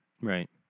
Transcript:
Right